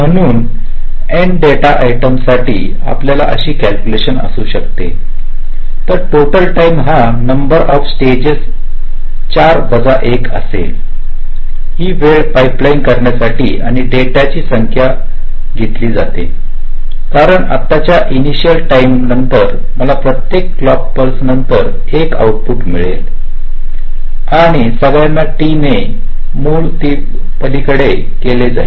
म्हणून N data आयटमसाठी आपल्याकडे अशी कॅल्क्युलेशन असू शकते तर टोटल टाईम हा नंबर ऑफ स्टेजच्या 4 वजा 1 असेल ही वेळ पाईपलाईन कर्ण्यासाठी आणि डेटाची संख्या घेतली जाते कारण आताच्या इनीशल टाईम नंतर मला प्रत्येक क्लॉक पल्स नंतर 1 आउटपुट मिळेल आणि सगळ्यांना t ने मुल तीपलीड केले जाईल